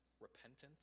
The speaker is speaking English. repentance